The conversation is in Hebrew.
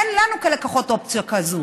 אין לנו כלקוחות אופציה כזאת.